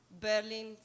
Berlin